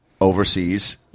overseas